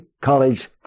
college